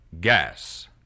Gas